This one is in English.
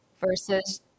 versus